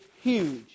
huge